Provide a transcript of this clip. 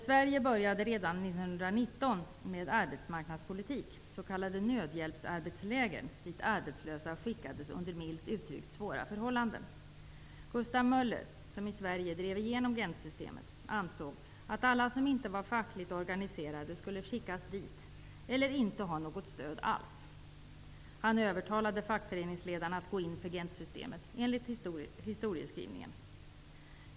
Sverige började redan 1919 med arbetsmarknadspolitik. Det var s.k. nödhjälpsarbetsläger, dit arbetslösa skickades under milt uttryckt svåra förhållanden. Gustav Möller, som i Sverige drev igenom Gentsystemet, ansåg att alla som inte var fackligt organiserade skulle skickas till nödhjälpsarbetsläger eller inte ha något stöd alls. Han övertalade fackföreningsledarna att gå in för Gentsystemet, enligt historieskrivningen.